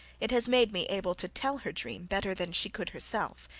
it has made me able to tell her dream better than she could herself.